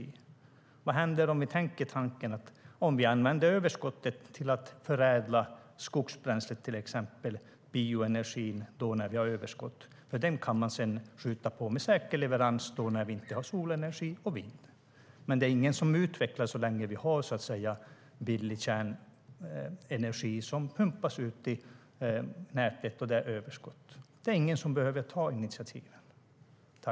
Jag försökte antyda detta: Vad händer om vi tänker tanken att använda överskottet till att förädla skogsbränsle, till exempel bioenergi? Den kan man sedan skjuta på med säker leverans till tider när vi inte har solenergi och vind. Men det är ingen som utvecklar sådan energi så länge vi har billig kärnenergi som pumpas ut i nätet och ger överskott. Det är ingen som behöver ta initiativ.